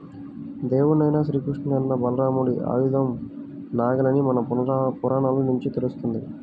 దేవుడైన శ్రీకృష్ణుని అన్న బలరాముడి ఆయుధం నాగలి అని మన పురాణాల నుంచి తెలుస్తంది